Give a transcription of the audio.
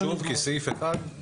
חשוב, כי סעיף 1 מחייב את זה.